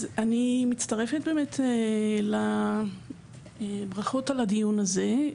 אז אני מצטרפת באמת לברכות על הדיון הזה.